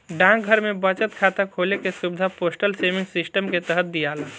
डाकघर में बचत खाता खोले के सुविधा पोस्टल सेविंग सिस्टम के तहत दियाला